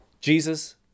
Jesus